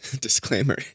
disclaimer